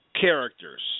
Characters